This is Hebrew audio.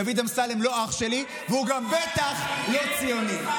דוד אמסלם לא אח שלי, והוא גם בטח לא ציוני.